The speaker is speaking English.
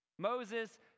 Moses